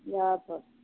इएहसब